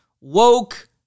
Woke